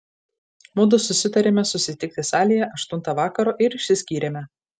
mudu susitarėme susitikti salėje aštuntą vakaro ir išsiskyrėme